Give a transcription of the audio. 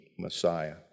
Messiah